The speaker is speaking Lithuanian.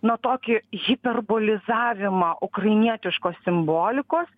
na tokį hiperbolizavimą ukrainietiškos simbolikos